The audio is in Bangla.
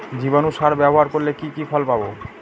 জীবাণু সার ব্যাবহার করলে কি কি ফল পাবো?